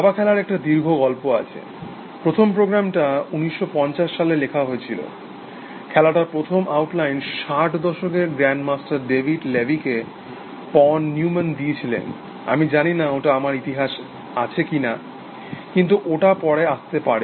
দাবা খেলার একটা দীর্ঘ গল্প আছে প্রথম প্রোগ্রামটা 1950 সালে লেখা হয়েছিল খেলাটার প্রথম আউটলাইন 60 দশকের গ্র্যান্ড মাস্টার ডেভিড লেভিকে পন নিউম্যান দিয়েছিলেন আমি জানি না ওটা আমার ইতিহাসে আছে কিনা কিন্তু ওটা পরে আসতে পারে